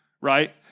right